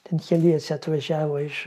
ten keliese atvažiavo iš